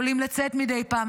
הם יכולים לצאת מדי פעם.